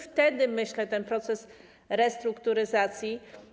Wtedy, myślę, ten proces restrukturyzacji.